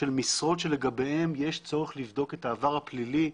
משרות שלגביהן יש צורך לבדוק את העבר הפלילי,